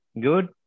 Good